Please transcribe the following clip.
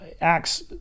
Acts